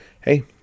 hey